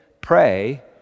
Pray